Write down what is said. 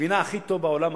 מבינה הכי טוב בעולם הערבי.